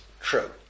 true